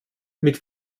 mit